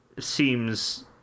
seems